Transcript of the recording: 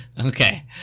Okay